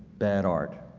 bad art